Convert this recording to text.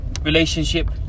relationship